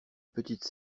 petite